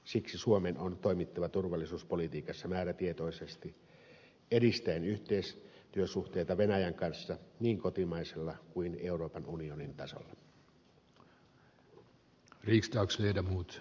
siksi suomen on toimittava turvallisuuspolitiikassa määrätietoisesti edistäen yhteistyösuhteita venäjän kanssa niin kotimaisella kuin euroopan unionin tasolla